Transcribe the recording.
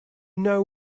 know